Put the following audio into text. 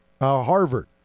Harvard